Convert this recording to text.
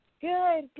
good